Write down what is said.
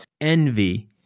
envy